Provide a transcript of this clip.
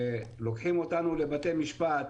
ולוקחים אותנו לבתי משפט.